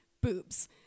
boobs